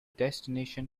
destination